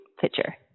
picture